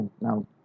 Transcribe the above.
Now